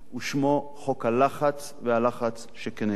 ושמו: חוק הלחץ והלחץ שכנגד.